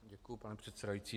Děkuju, pane předsedající.